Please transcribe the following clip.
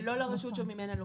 ולא לרשות שממנה לוקחים.